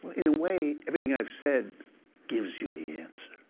in a way, everything i've said gives you the answer.